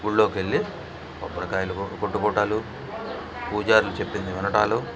గుళ్ళోకెళ్ళి కొబ్బరికాయలు కొట్టుకోడాలు పూజార్లు చెప్పింది వినడాలు